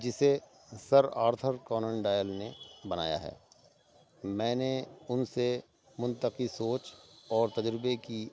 جسے Sir Arthur Conan Doyle نے بنایا ہے میں نے ان سے منطقی سوچ اور تجربے کی